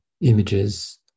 images